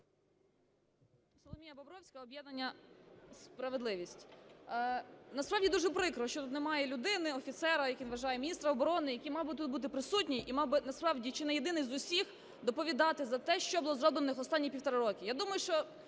Соломія Бобровська, об'єднання "Справедливість". Насправді дуже прикро, що тут немає людини, офіцера, як він вважає, міністра оборони, який мав би тут бути присутній і мав би насправді чи не єдиний з усіх доповідати за те, що було зроблено за останніх півтора року.